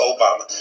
Obama